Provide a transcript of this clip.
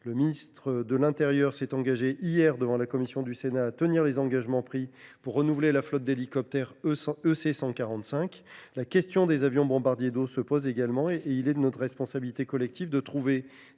Le ministre de l’intérieur s’est engagé hier, devant la commission des lois du Sénat, à tenir les engagements pris pour renouveler la flotte d’hélicoptères EC145. La question des avions bombardiers d’eau se pose également. Il est de notre responsabilité collective de trouver